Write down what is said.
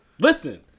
listen